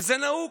וזה נהוג,